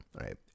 Right